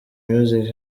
music